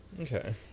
Okay